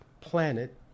planet